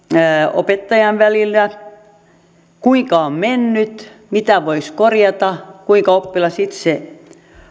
opettajan välillä kuinka on mennyt mitä voisi korjata kuinka oppilas itse